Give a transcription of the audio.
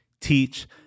teach